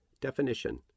Definition